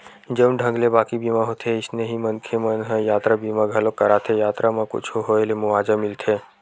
जउन ढंग ले बाकी बीमा होथे अइसने ही मनखे मन ह यातरा बीमा घलोक कराथे यातरा म कुछु होय ले मुवाजा मिलथे